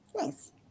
Nice